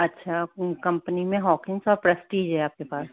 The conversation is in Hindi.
अच्छा कंपनी में हॉकिंस और प्रेस्टीज है आपके पास